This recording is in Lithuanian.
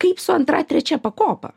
kaip su antra trečia pakopa